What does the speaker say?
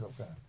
Okay